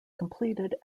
completed